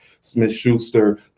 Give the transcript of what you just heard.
Smith-Schuster